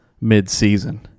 mid-season